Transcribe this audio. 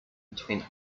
between